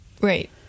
Right